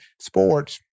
sports